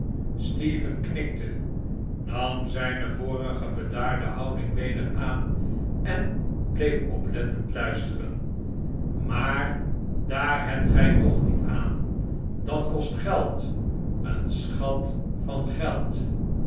stephen knikte nam zijne vorige bedaarde houding weder aan en bleef oplettend luisteren maar daar hebt gij toch niet aan dat kost geld een schat van geld